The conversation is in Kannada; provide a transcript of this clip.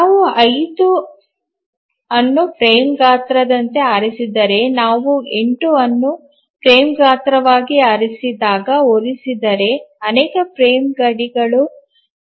ನಾವು 5 ಅನ್ನು ಫ್ರೇಮ್ ಗಾತ್ರದಂತೆ ಆರಿಸಿದರೆ ನಾವು 8 ಅನ್ನು ಫ್ರೇಮ್ ಗಾತ್ರವಾಗಿ ಆರಿಸಿದಾಗ ಹೋಲಿಸಿದರೆ ಅನೇಕ ಫ್ರೇಮ್ ಗಡಿಗಳು ಇರುತ್ತವೆ